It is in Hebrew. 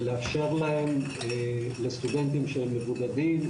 ולאפשר לסטודנטים שהם מבודדים,